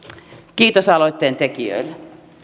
kiitos aloitteen tekijöille